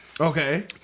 Okay